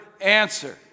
answer